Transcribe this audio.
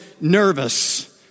nervous